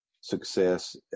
success